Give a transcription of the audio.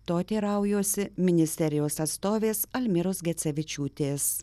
to teiraujuosi ministerijos atstovės almyros gecevičiūtės